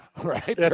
right